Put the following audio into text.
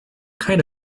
kind